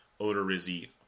Odorizzi